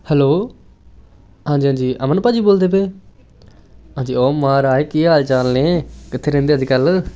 hello ਹਾਂਜੀ ਹਾਂਜੀ ਅਮਨ ਭਾਅ ਜੀ ਬੋਲਦੇ ਪਏ ਹਾਂਜੀ ਓ ਮਹਾਰਾਜ ਕੀ ਹਾਲ ਚਾਲ ਨੇ ਕਿੱਥੇ ਰਹਿੰਦੇ ਅੱਜ ਕੱਲ੍ਹ